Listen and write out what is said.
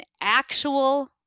actual